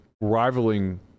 rivaling